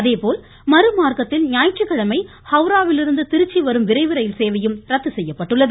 அதேபோல் மறுமார்க்கத்தில் ஞாயிற்றுக்கிழமை ஹவுராவிலிருந்து திருச்சி வரும் விரைவு ரயில் சேவையும் ரத்து செய்யப்பட்டுள்ளது